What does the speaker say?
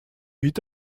vit